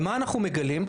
ומה אנחנו מגלים?